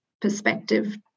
perspective